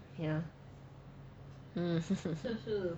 ya hmm